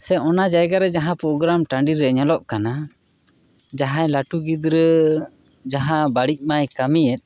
ᱥᱮ ᱚᱱᱟ ᱡᱟᱭᱜᱟ ᱨᱮ ᱡᱟᱦᱟᱸ ᱯᱨᱳᱜᱨᱟᱢ ᱴᱟᱺᱰᱤ ᱨᱮ ᱧᱮᱞᱚᱜ ᱠᱟᱱᱟ ᱡᱟᱦᱟᱭ ᱞᱟᱹᱴᱩ ᱜᱤᱫᱽᱨᱟᱹ ᱡᱟᱦᱟᱸ ᱵᱟᱹᱲᱤᱡ ᱢᱟᱭ ᱠᱟᱹᱢᱤᱭᱮᱫ